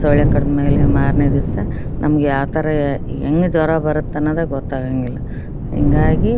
ಸೊಳ್ಳೆ ಕಡ್ದ ಮೇಲೆ ಮಾರನೇ ದಿವಸ ನಮ್ಗೆ ಯಾವ ಥರ ಹೇಗೆ ಜ್ವರ ಬರತ್ತನ್ನೋದೇ ಗೊತ್ತಾಗೋಂಗಿಲ್ಲ ಹೀಗಾಗಿ